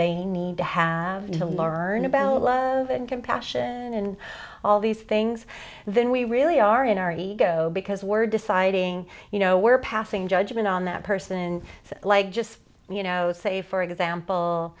they need to have to learn about love and compassion and all these things then we really are in our ego because we're deciding you know we're passing judgment on that person like just you know say for